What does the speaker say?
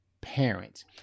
parents